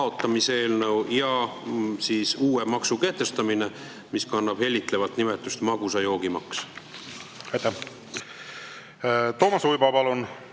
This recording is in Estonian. kaotamise eelnõu ja uue maksu kehtestamine, mis kannab hellitavat nimetust magusa joogi maks. Aitäh! Toomas Uibo,